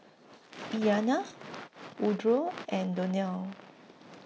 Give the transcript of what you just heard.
Iliana Woodroe and Donell